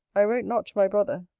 i wrote not to my brother.